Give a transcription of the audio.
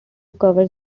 covers